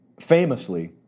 famously